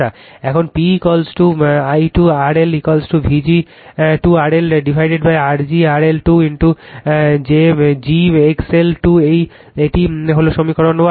এখন P I 2 RLVg 2 RL বিভক্তR g RL 2 x g XL 2 এটি হল সমীকরণ 1